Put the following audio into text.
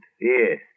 yes